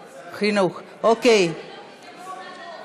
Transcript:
טלי, לא הספקת או שמשהו לא עבד?